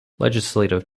legislative